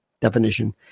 definition